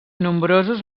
nombrosos